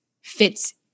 fits